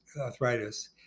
arthritis